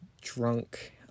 drunk